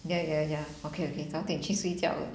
ya ya ya okay okay 早点去睡觉了